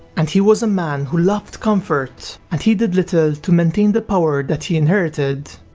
and he was a man who loved comfort and he did little to maintain the power that he inherited.